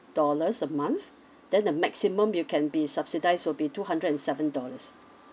dollars a month then the maximum you can be subsidised will be two hundred and seven dollars